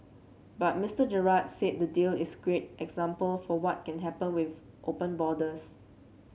but Mister Gerard said the deal is a great example for what can happen with open borders